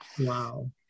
wow